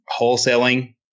wholesaling